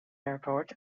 airport